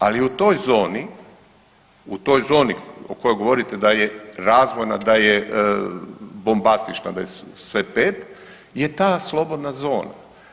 Ali u toj zoni, u toj zoni u kojoj govorite da je razvojna, da je bombastična, da je sve 5 je ta slobodna zona.